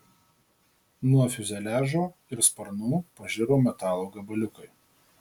nuo fiuzeliažo ir sparnų pažiro metalo gabaliukai